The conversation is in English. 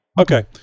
Okay